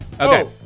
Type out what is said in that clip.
okay